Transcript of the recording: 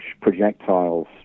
projectiles